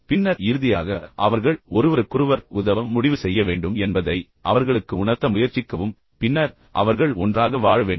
பின்னர் இறுதியாக அவர்கள் ஒருவருக்கொருவர் உதவ முடிவு செய்ய வேண்டும் என்பதை அவர்களுக்கு உணர்த்த முயற்சிக்கவும் பின்னர் அவர்கள் ஒன்றாக வாழ வேண்டும்